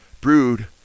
brood